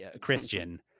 Christian